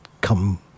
come